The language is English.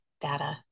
Data